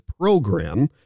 program